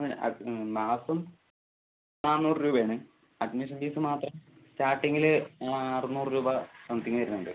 അങ്ങനെ അത് മാസം നാനൂറ് രൂപയാണ് അഡ്മിഷൻ ഫീസ് മാത്രം സ്റ്റാർട്ടിങ്ങിൽ അറുനൂറ് രൂപ സംതിങ് വരുന്നുണ്ട്